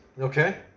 Okay